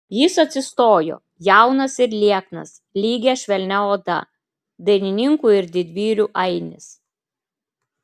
jis atsistojo jaunas ir lieknas lygia švelnia oda dainininkų ir didvyrių ainis